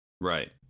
Right